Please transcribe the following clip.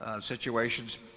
situations